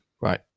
Right